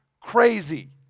crazy